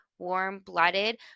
warm-blooded